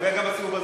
וגם בסיבוב הזה.